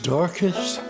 darkest